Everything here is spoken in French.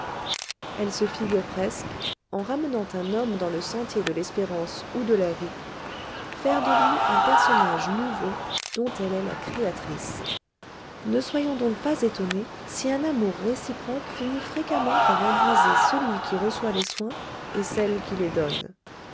elle se figure presque en ramenant un homme dans le sentier de l'espérance ou de la vie faire de lui un personnage nouveau dont elle est la créatrice ne soyons donc pas étonné si un amour réciproque finit fréquemment par embraser celui qui reçoit les soins et celle qui les donne